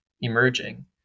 emerging